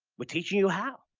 we're teaching you how,